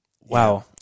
wow